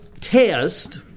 test